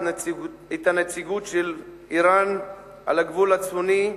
את הנציגות של אירן על הגבול הצפוני,